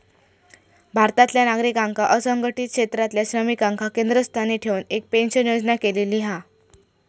भारतातल्या नागरिकांका असंघटीत क्षेत्रातल्या श्रमिकांका केंद्रस्थानी ठेऊन एक पेंशन योजना केलेली हा